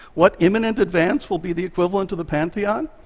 what imminent advance will be the equivalent of the pantheon?